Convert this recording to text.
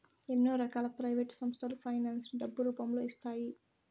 ఎన్నో రకాల ప్రైవేట్ సంస్థలు ఫైనాన్స్ ని డబ్బు రూపంలో ఇస్తాయి